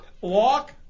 Walk